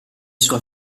sua